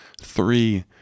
three